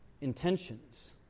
intentions